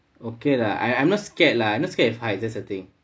okay lah I I'm not scared lah ii'm not scared of height that's the thing